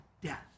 death